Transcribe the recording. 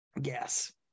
yes